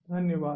धन्यवाद